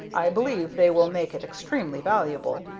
i believe they will make it extremely valuable,